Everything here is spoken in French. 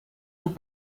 tout